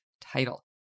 title